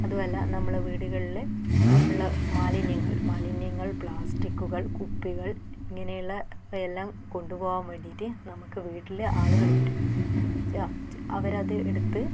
അതുമല്ല നമ്മൾ വീടുകളിൽ ഉള്ള മാലിന്യങ്ങൾ മാലിന്യങ്ങൾ പ്ലാസ്റ്റിക്കുകൾ കുപ്പികൾ ഇങ്ങനെയുള്ള എല്ലാം കൊണ്ടു പോകാൻ വേണ്ടിയിട്ട് നമുക്ക് വീട്ടിൽ ആളുകൾ വരും ചാർജ് അവരത് എടുത്ത്